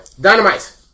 dynamite